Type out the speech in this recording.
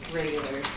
regular